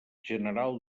general